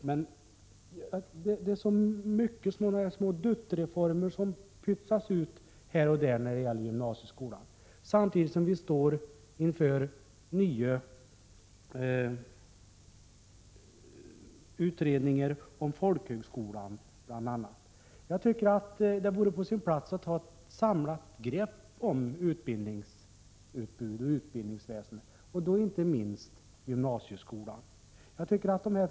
När det gäller gymnasieskolan är det så mycket av små ”dutt”-reformer som pytsats ut här och där, samtidigt som vi står inför nya utredningar om bl.a. folkhögskolan. Jag tycker att det vore på sin plats att ta ett samlat grepp om utbildningsväsendet och då inte minst gymnasieskolan.